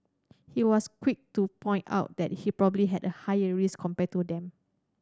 he was quick to point out that he probably had a higher risk compared to them